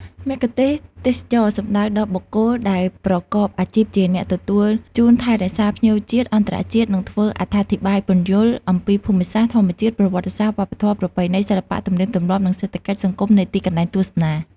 មគ្គុទ្ទេសក៍ទេសចរណ៍សំដៅដល់បុគ្គលដែលប្រកបអាជីព ជាអ្នកទទួលជូនថែរក្សាភ្ញៀវជាតិ អន្តរជាតិ និងធ្វើអត្ថាធិប្បាយពន្យល់ អំពីភូមិសាស្ត្រ ធម្មជាតិ ប្រវត្តិសាស្រ្ត វប្បធម៌ ប្រពៃណី សិល្បៈ ទំនៀមទម្លាប់ និងសេដ្ឋកិច្ច សង្គមនៃទីកន្លែងទស្សនា។